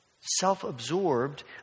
self-absorbed